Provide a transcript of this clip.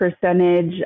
percentage